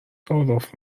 تعارف